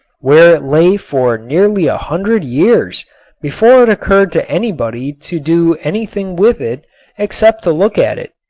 where it lay for nearly a hundred years before it occurred to anybody to do anything with it except to look at it.